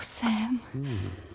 Sam